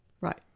Right